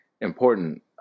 important